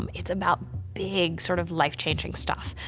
um it's about big, sort of life changing stuff.